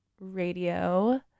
radio